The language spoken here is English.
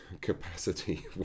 capacity